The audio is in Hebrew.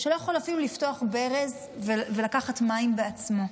שלא יכול אפילו לפתוח ברז ולקחת מים בעצמו?